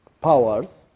powers